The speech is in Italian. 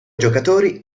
giocatori